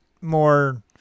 More